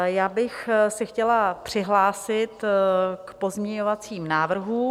Já bych se chtěla přihlásit k pozměňovacím návrhům.